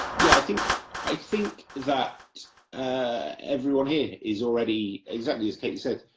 yeah, i think i think that everyone here is already exactly as katie said,